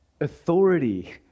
authority